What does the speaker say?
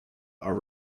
are